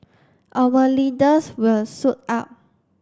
our leaders will suit up